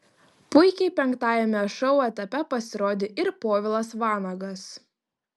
puikiai penktajame šou etape pasirodė ir povilas vanagas